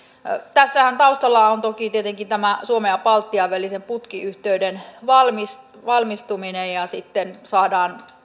tässähän taustalla on toki tietenkin tämä suomen ja baltian välisen putkiyhteyden valmistuminen ja sitten saadaan